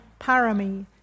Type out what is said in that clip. parami